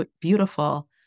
beautiful